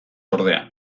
ordea